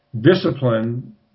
discipline